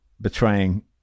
betraying